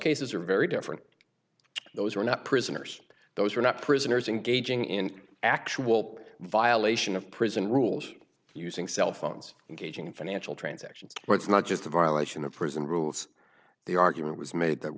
cases are very different those are not prisoners those are not prisoners engaging in actual violation of prison rules using cell phones gauging financial transactions but it's not just a violation of prison rules the argument was made that